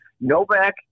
Novak